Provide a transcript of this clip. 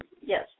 Yes